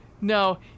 No